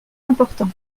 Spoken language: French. important